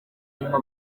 nyuma